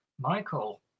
Michael